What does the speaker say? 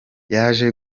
yaje